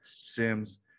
Sims